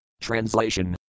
Translation